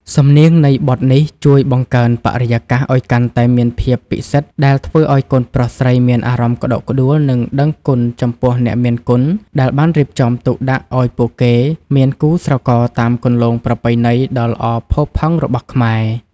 សំនៀងនៃបទនេះជួយបង្កើនបរិយាកាសឱ្យកាន់តែមានភាពពិសិដ្ឋ ដែលធ្វើឱ្យកូនប្រុសស្រីមានអារម្មណ៍ក្តុកក្តួល និងដឹងគុណចំពោះអ្នកមានគុណ ដែលបានរៀបចំទុកដាក់ឱ្យពួកគេមានគូស្រករតាមគន្លងប្រពៃណីដ៏ល្អផូរផង់របស់ខ្មែរ។